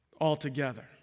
altogether